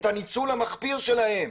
את הניצול המחפיר שלהן.